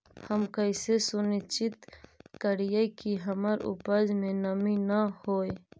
हम कैसे सुनिश्चित करिअई कि हमर उपज में नमी न होय?